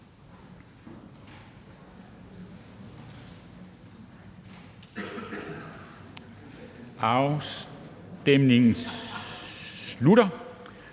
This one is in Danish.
Afstemningen slutter.